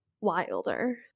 wilder